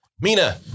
Mina